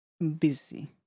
busy